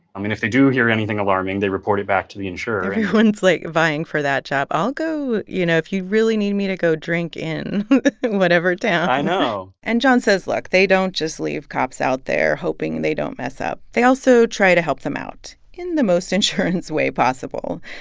i mean, if they do hear anything alarming, they report it back to the insurer everyone's, like, vying for that job. i'll go, you know, if you really need me to go drink in whatever town i know and john says, look they don't just leave cops out there hoping and they don't mess up. they also try to help them out in the most insurance way possible,